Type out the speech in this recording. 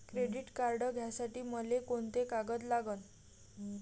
Credit card घ्यासाठी मले कोंते कागद लागन?